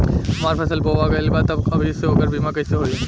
हमार फसल बोवा गएल बा तब अभी से ओकर बीमा कइसे होई?